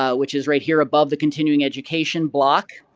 ah which is right here above the continuing education block.